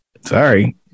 sorry